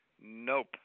Nope